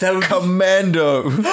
Commando